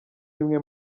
bimwe